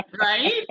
Right